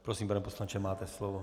Prosím, pane poslanče, máte slovo.